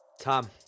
Tom